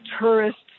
tourists